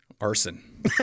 arson